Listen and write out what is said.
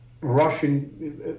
Russian